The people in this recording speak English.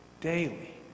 daily